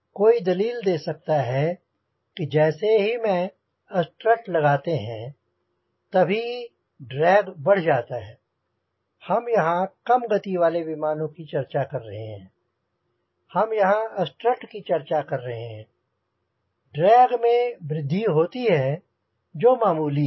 कोई दलील दे सकता है कि जैसे ही हम स्ट्रट लगाते हैं तभी ड्रैग बढ़ जाता है और हम यहांँ कम गति वाले विमानों की चर्चा कर रहे हैं हम यहांँ स्ट्रट की चर्चा कर रहे हैं ड्रैग में वृद्धि होती है जो मामूली है